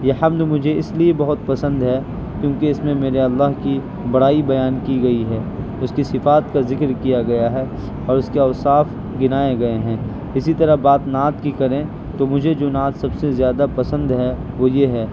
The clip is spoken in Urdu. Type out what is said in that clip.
یہ حمد مجھے اس لیے بہت پسند ہے کیونکہ اس میں میرے اللہ کی بڑائی بیان کی گئی ہے اس کی صفات کا ذکر کیا گیا ہے اور اس کے اوصاف گنائے گئے ہیں اسی طرح بات نعت کی کریں تو مجھے جو نعت سب سے زیادہ پسند ہے وہ یہ ہے